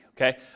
Okay